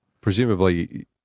Presumably